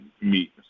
meet